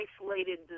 isolated